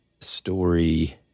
story